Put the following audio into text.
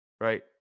right